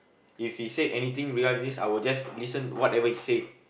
if he say anything regarding this I will just listen whatever he say